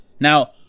Now